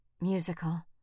musical